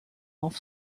off